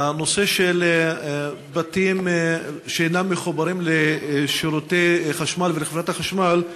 הנושא של בתים שאינם מחוברים לשירותי חשמל ולחברת החשמל,